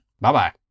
Bye-bye